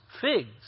figs